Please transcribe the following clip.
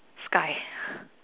sky